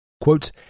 Quote